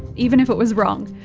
even if it was wrong.